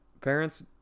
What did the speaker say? parents